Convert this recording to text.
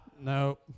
no